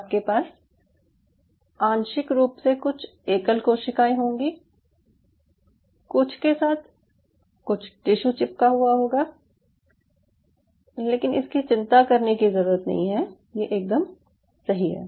आपके पास आंशिक रूप से कुछ एकल कोशिकायें होंगी कुछ के साथ कुछ टिश्यू चिपका हुआ होगा लेकिन इसकी चिंता करने की ज़रूरत नहीं है ये एक दम सही है